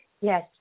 Yes